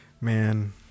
Man